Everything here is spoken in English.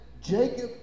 Jacob